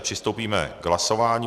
Přistoupíme k hlasování.